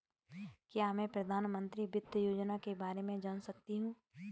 क्या मैं प्रधानमंत्री वित्त योजना के बारे में जान सकती हूँ?